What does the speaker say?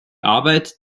arbeit